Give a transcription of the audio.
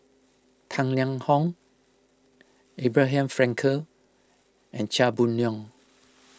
Tang Liang Hong Abraham Frankel and Chia Boon Leong